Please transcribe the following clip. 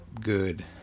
good